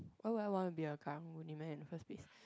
oh well want to be a Karang-Guni man and first be